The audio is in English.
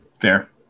fair